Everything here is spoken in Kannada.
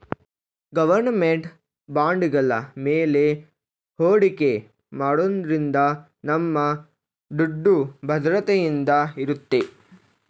ಗೌರ್ನಮೆಂಟ್ ಬಾಂಡ್ಗಳ ಮೇಲೆ ಹೂಡಿಕೆ ಮಾಡೋದ್ರಿಂದ ನಮ್ಮ ದುಡ್ಡು ಭದ್ರತೆಯಿಂದ ಇರುತ್ತೆ